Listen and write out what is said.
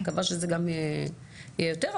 מקווה שזה גם יהיה יותר,